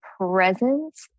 presence